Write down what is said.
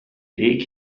weg